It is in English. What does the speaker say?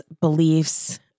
beliefs